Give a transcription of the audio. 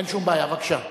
אין שום בעיה, בבקשה.